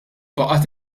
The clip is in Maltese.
baqgħet